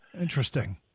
Interesting